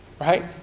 right